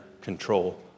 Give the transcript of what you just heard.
control